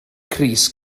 crys